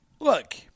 Look